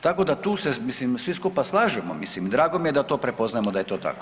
Tako da tu se, mislim svi skupa slažemo, mislim drago mi je da to prepoznajemo da je to tako.